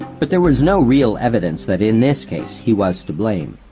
but there was no real evidence that in this case he was to blame.